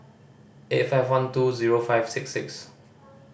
eight five one two zero five six six